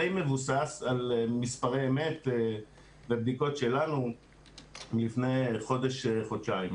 די מבוסס על מספרי אמת בבדיקות שלנו מלפני חודש חודשיים.